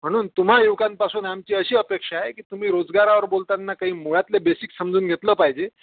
म्हणून तुम्हा युवकांपासून आमची अशी अपेक्षा आहे की तुम्ही रोजगारावर बोलताना काही मुळातले बेसिक समजून घेतलं पाहिजे